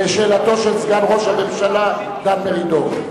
זאת לשאלתו של סגן ראש הממשלה דן מרידור.